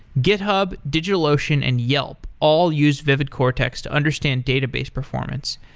github, digitalocean, and yelp all use vividcortex to understand database performance.